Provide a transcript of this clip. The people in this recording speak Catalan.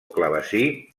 clavecí